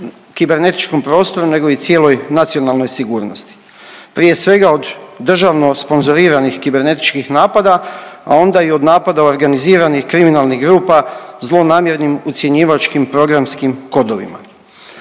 kibernetičkom prostoru nego i cijeloj nacionalnoj sigurnosti. Prije svega, od državno sponzoriranih kibernetičkih napada, a onda i od napada organiziranih kriminalnih grupa zlonamjernim ucjenjivačkim programskim kodovima.